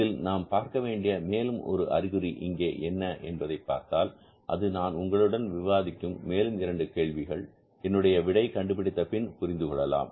இதில் நாம் பார்க்க வேண்டிய மேலும் ஒரு அறிகுறி இங்கே என்ன என்பதை பார்த்தால் அது நான் உங்களுடன் விவாதிக்கும் மேலும் 2 கேள்வி என்னுடைய விடை கண்டுபிடித்த பின் புரிந்து கொள்ளலாம்